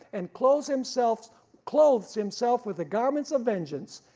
and clothes himself clothes himself with the garments of vengeance,